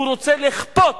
הוא רוצה לכפות